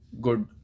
good